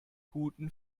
guten